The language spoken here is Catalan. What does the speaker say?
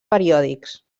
periòdics